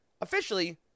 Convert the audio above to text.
officially